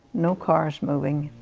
no cars moving,